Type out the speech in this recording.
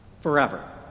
forever